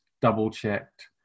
double-checked